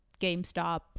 GameStop